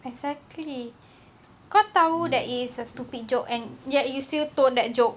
exactly kau tahu it's a stupid joke and yet you still tell that joke